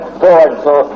so-and-so